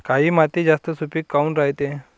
काळी माती जास्त सुपीक काऊन रायते?